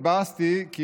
התבאסתי מאוד,